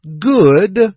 Good